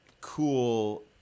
cool